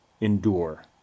endure